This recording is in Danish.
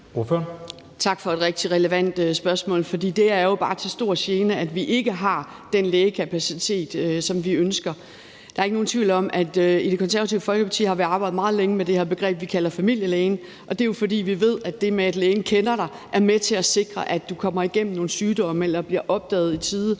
Tak for et rigtig relevant spørgsmål. Det er jo bare til stor gene, at vi ikke har den lægekapacitet, som vi ønsker. Der er ikke nogen tvivl om, at i Det Konservative Folkeparti har vi arbejdet meget længe med det her begreb, vi kalder familielægen. Det er jo, fordi vi ved, at det, at lægen kender dig, er med til at sikre, at du kommer igennem nogle sygdomme eller det bliver opdaget i tide.